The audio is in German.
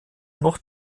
noch